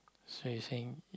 so you saying